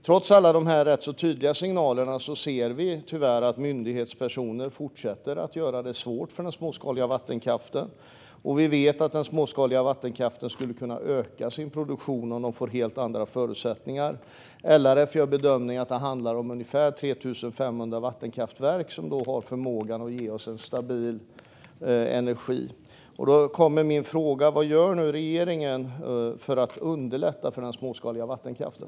Trots alla dessa rätt så tydliga signaler ser vi tyvärr att myndighetspersoner fortsätter att göra det svårt för den småskaliga vattenkraften. Vi vet att den småskaliga vattenkraften skulle kunna öka sin produktion om man får helt andra förutsättningar. LRF gör bedömningen att det handlar om ungefär 3 500 vattenkraftverk som har förmåga att ge oss en stabil energi. Min fråga är: Vad gör regeringen nu för att underlätta för den småskaliga vattenkraften?